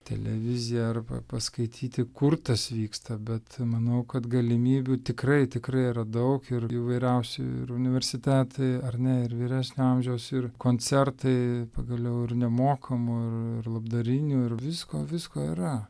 televiziją arba paskaityti kur tas vyksta bet manau kad galimybių tikrai tikrai yra daug ir įvairiausi ir universitetai ar ne ir vyresnio amžiaus ir koncertai pagaliau ir nemokamų ir ir labdarinių ir visko visko yra